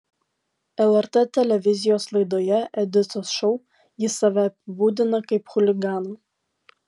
lrt televizijos laidoje editos šou jis save apibūdina kaip chuliganą